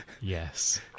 yes